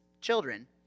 children